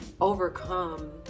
overcome